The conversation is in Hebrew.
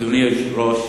אדוני היושב-ראש,